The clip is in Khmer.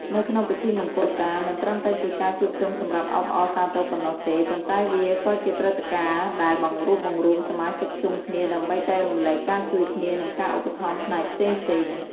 នៅក្នុងពិធីមង្គលការ មិនត្រឹមតែជាការជួបជុំសម្រាប់អបអរសាទរប៉ុណ្ណោះទេ ប៉ុន្តែវាក៏ជាប្រព្រឹត្តិការណ៍ដែលបង្រួបបង្រួមសមាជិកជុំគ្នា ដើម្បីចែករំលែកការជួយគ្នា និងការឧបត្ថម្ភផ្នែកផ្សេងៗ។